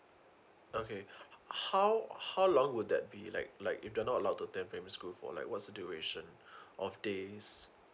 okay how how long will that be like like if you're not allowed to attend primary school for like what is the duration of days